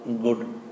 Good